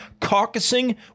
caucusing